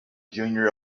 junior